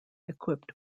equipped